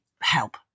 help